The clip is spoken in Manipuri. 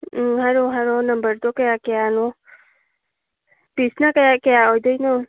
ꯎꯝ ꯍꯥꯏꯔꯛꯑꯣ ꯍꯥꯏꯔꯛꯑꯣ ꯅꯝꯕꯔꯗꯣ ꯀꯌꯥ ꯀꯌꯥꯅꯣ ꯄꯤꯁꯅ ꯀꯌꯥ ꯀꯌꯥ ꯑꯣꯏꯗꯣꯏꯅꯣ